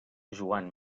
joan